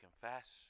confess